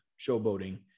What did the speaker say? showboating